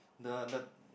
the the